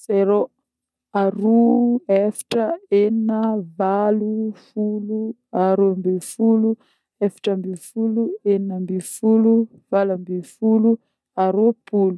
zéro, aroa, efatra, enigna, valo, folo, arombifolo, efatra ambifolo, enigna ambifolo, valo ambifolo, a-rôpolo